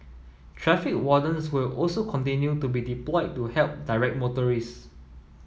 traffic wardens will also continue to be deployed to help direct motorist